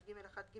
(ג1א),